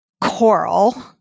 coral